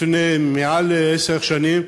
לפני יותר מעשר שנים,